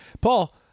Paul